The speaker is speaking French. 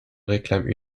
réclament